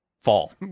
Fall